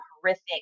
horrific